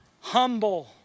humble